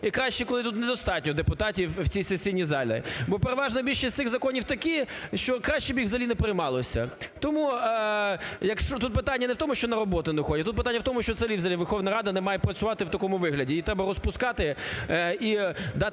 і краще, коли тут недостатньо депутатів в цій сесійній залі. Бо переважна більшість цих законів такі, що краще б їх взагалі не приймалося. Тому, якщо тут питання не в тому, що на роботу не ходять, тут питання в тому, що взагалі Верховна Рада не має працювати в такому вигляді, її треба розпускати і дати